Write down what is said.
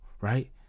right